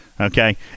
Okay